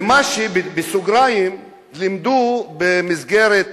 ומה שלימדו במסגרת